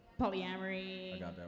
Polyamory